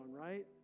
right